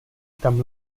tam